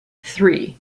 three